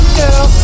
girl